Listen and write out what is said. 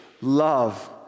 love